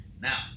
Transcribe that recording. Now